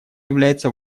является